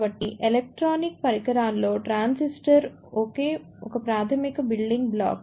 కాబట్టి ఎలక్ట్రానిక్ పరికరాల్లో ట్రాన్సిస్టర్ ఒక ప్రాథమిక బిల్డింగ్ బ్లాక్